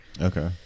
Okay